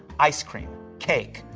ice cream. cake.